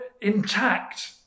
intact